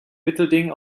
mittelding